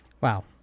Wow